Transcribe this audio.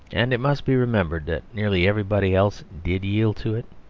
and it must be remembered that nearly everybody else did yield to it.